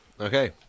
Okay